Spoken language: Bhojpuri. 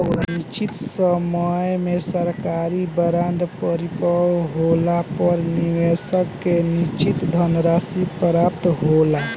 निशचित समय में सरकारी बॉन्ड परिपक्व होला पर निबेसक के निसचित धनराशि प्राप्त होला